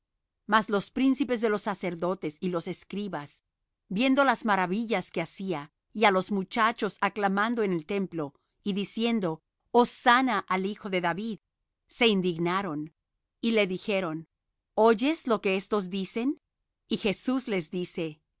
mas los príncipes de los sacerdotes y los escribas viendo las maravillas que hacía y á los muchachos aclamando en el templo y diciendo hosanna al hijo de david se indignaron y le dijeron oyes lo que éstos dicen y jesús les dice